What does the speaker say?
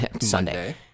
Sunday